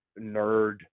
nerd